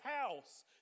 house